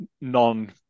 non